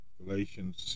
Galatians